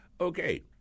Okay